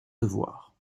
devoir